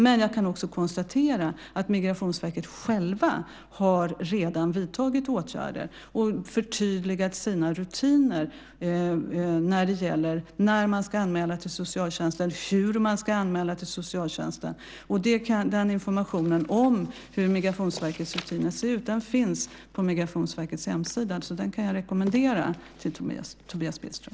Men jag kan också konstatera att Migrationsverket självt redan har vidtagit åtgärder och förtydligat sina rutiner när det gäller när man ska anmäla till socialtjänsten och hur man ska anmäla till socialtjänsten. Informationen om hur Migrationsverkets rutiner ser ut finns på Migrationsverkets hemsida, så den kan jag rekommendera till Tobias Billström.